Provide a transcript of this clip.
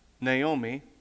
Naomi